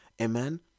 Amen